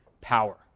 power